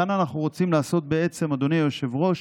כאן אנחנו רוצים לעשות בעצם, אדוני היושב-ראש,